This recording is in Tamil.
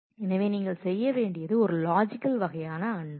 எனவே நீங்கள் செய்ய வேண்டியது ஒரு லாஜிக்கல் வகையான அன்டூ